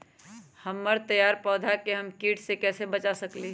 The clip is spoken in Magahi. हमर तैयार पौधा के हम किट से कैसे बचा सकलि ह?